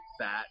fat